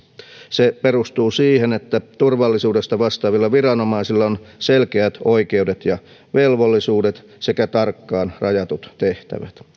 se perustuu siihen että turvallisuudesta vastaavilla viranomaisilla on selkeät oikeudet ja velvollisuudet sekä tarkkaan rajatut tehtävät